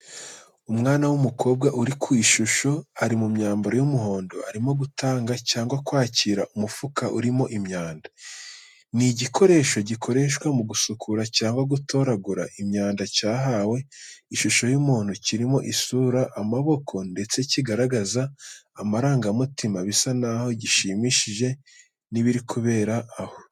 Umwana w’umukobwa uri ku ishusho ari mu myambaro y'umuhondo arimo gutanga cyangwa kwakira umufuka urimo imyanda. Ni igikoresho gikoreshwa mu gusukura cyangwa gutoragura imyanda cyahawe ishusho y’umuntu kirimo isura, amaboko, ndetse kigaragaza amarangamutima bisa n’aho gishimishijwe n’ibiri kubera aho.